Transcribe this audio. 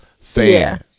fan